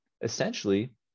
essentially